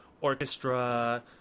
orchestra